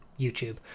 YouTube